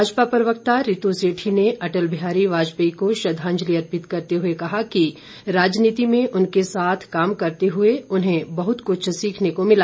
भाजपा प्रवक्ता ऋतु सेठी ने अटल बिहारी वाजपेयी को श्रद्वांजलि अर्पित करते हुए कहा कि राजनीति में उनके साथ काम करते हुए उन्हें बहुत कुछ सीखने को मिला